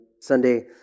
Sunday